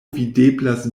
videblas